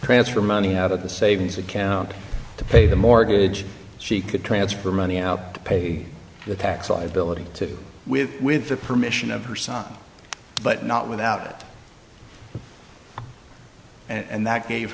transfer money out of the savings account to pay the mortgage she could transfer money out to pay the tax liability to with with the permission of her son but not without it and that gave